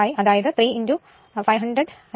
അതായത് 3 500√3 103